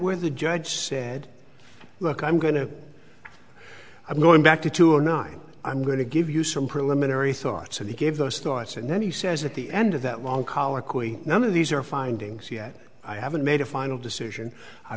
where the judge said look i'm going to i'm going back to two or nine i'm going to give you some preliminary thoughts so they gave those thoughts and then he says at the end of that long colloquy none of these are findings yet i haven't made a final decision i